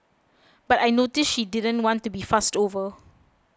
but I noticed she didn't want to be fussed over